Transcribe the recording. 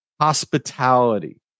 hospitality